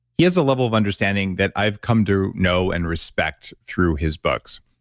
he has a level of understanding that i've come to know and respect through his books.